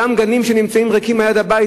וגם גנים שנמצאים ריקים ליד הבית,